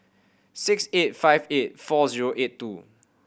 six eight five eight four zero eight two